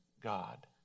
God